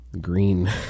green